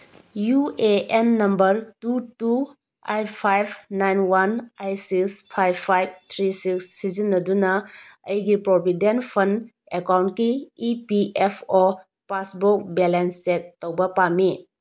U A N number two two eight five nine one eight six five five three six ꯁꯤꯖꯤꯟꯅꯗꯨꯅ ꯑꯩꯒꯤ provident fund ꯑꯦꯀꯥꯎꯟꯀꯤ E P F O passbook balance check ꯇꯧꯕ ꯄꯥꯝꯃꯤ